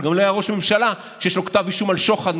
אבל גם לא היה ראש ממשלה שיש לו כתב אישום על שוחד,